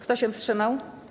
Kto się wstrzymał?